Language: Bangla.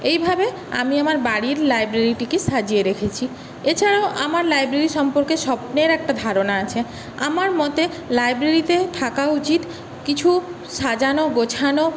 এইভাবে আমি আমার বাড়ির লাইব্রেরিটিকে সাজিয়ে রেখেছি এছাড়াও আমার লাইব্রেরি সম্পর্কে স্বপ্নের একটা ধারণা আছে আমার মতে লাইব্রেরিতে থাকা উচিত কিছু সাজানো গোছানো